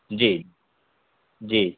جی جی